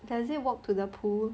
does it walk to the pool